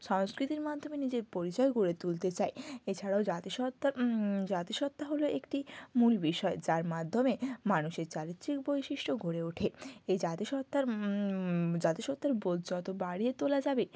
সংস্কৃতির মাধ্যমে নিজের পরিচয় গড়ে তুলতে চাই এছাড়াও জাতিসত্ত্বা জাতিসত্ত্বা হলো একটি মূল বিষয় যার মাধ্যমে মানুষের চারিত্রিক বৈশিষ্ট্য গড়ে ওঠে এই জাতিসত্ত্বার জাতিসত্ত্বার বোধ যত বাড়িয়ে তোলা যাবে